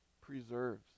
preserves